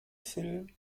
film